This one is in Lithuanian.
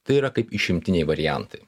tai yra kaip išimtiniai variantai